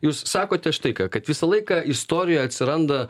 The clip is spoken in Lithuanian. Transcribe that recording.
jūs sakote štai ką kad visą laiką istorijoj atsiranda